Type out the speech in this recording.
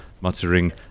Muttering